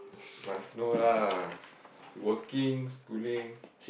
must know lah working schooling